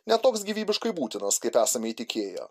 ne toks gyvybiškai būtinas kaip esame įtikėję